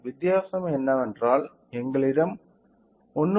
வித்தியாசம் என்னவென்றால் எங்களிடம் 1